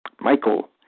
Michael